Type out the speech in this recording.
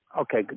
Okay